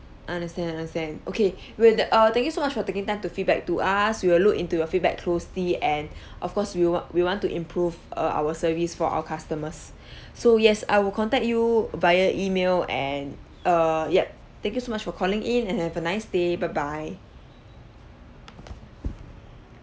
understand understand okay we'll de~ err thank you so much for taking time to feedback to us we will look into your feedback closely and of course we want we want to improve err our service for our customers so yes I will contact you via email and err yup thank you so much for calling in and have a nice day bye bye